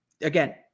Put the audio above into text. Again